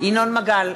ינון מגל,